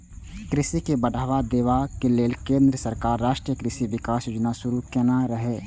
कृषि के बढ़ावा देबा लेल केंद्र सरकार राष्ट्रीय कृषि विकास योजना शुरू केने रहै